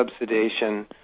subsidization